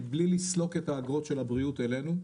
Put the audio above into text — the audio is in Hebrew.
מבלי לסלוק את האגרות של הבריאות אלינו,